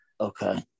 okay